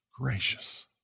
gracious